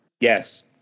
Yes